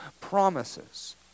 promises